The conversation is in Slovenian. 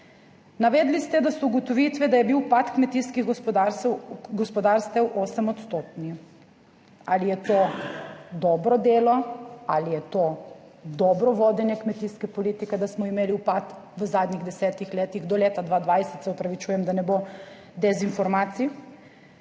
Navedli ste, da so ugotovitve, da je bil upad kmetijskih gospodarstev 8 %. Ali je to dobro delo ali je to dobro vodenje kmetijske politike, da smo imeli upad v zadnjih desetih letih, do leta 2020, se opravičujem, da ne bo dezinformacij.